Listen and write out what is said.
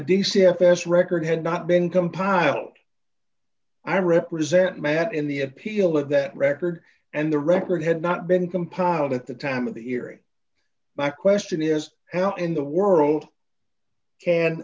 fs record had not been compiled i represent matt in the appeal of that record and the record had not been compiled at the time of the erie my question is how in the world can